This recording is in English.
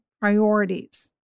priorities